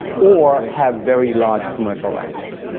or have very large commercial ranches.